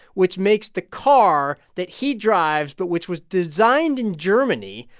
which makes the car that he drives but which was designed in germany.